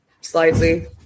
slightly